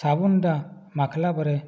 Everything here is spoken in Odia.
ସାବୁନ୍ଟା ମାଖିଲା ପରେ